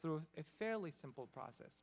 through a fairly simple process